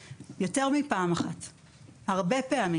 שפה אני אראה כמה נקודות חשובות,